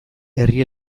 herri